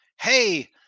hey